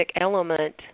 element